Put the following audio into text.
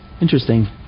interesting